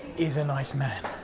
is a nice man.